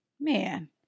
Man